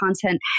content